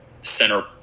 center